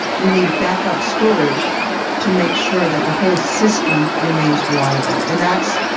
we need backup storage to make sure that the whole system remains reliable. and that's,